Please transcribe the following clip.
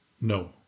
No